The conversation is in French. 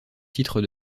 titre